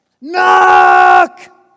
Knock